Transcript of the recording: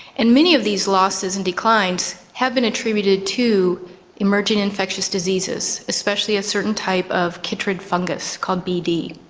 and many of these losses and declines have been attributed to emerging infectious diseases, especially a certain type of chytrid fungus called bd.